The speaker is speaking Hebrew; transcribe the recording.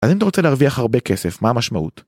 אז אם אתה רוצה להרוויח הרבה כסף, מה המשמעות?